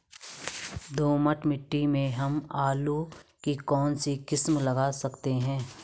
दोमट मिट्टी में हम आलू की कौन सी किस्म लगा सकते हैं?